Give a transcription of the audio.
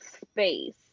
space